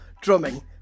drumming